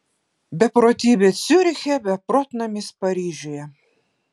beprotybė ciuriche beprotnamis paryžiuje